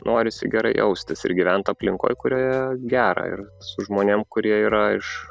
norisi gerai jaustis ir gyvent aplinkoj kurioje gera ir su žmonėm kurie yra iš